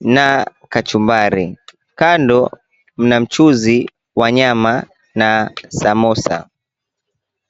na kachumbari. Kando mna mchuzi wa nyama na samosa.